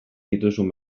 dituzun